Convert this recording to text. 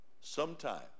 sometime